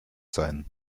sein